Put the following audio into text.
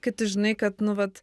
kai tu žinai kad nu vat